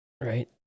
right